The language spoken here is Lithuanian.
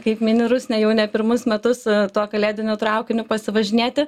kaip mini rusnė jau ne pirmus metus tuo kalėdiniu traukiniu pasivažinėti